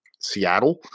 Seattle